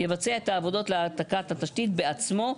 יבצע את העבודות להעתקת התשתית בעצמו,